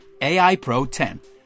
AIPRO10